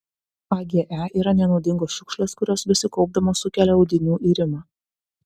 age yra nenaudingos šiukšlės kurios besikaupdamos sukelia audinių irimą